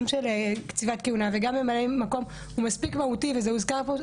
גם של קציבת כהונה וגם של ממלאי מקום הוא מספיק מהותי וזה הוזכר פה,